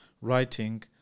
writing